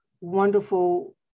wonderful